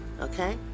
okay